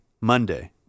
Monday